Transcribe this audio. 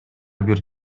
бир